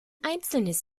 einzelnes